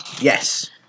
Yes